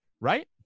Right